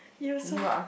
you also